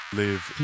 live